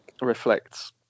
reflects